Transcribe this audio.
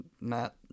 Matt